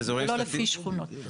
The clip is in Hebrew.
לא לפי שכונות.